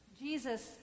Jesus